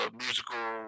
musical